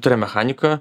turim mechaniką